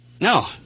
no